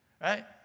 right